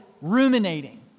ruminating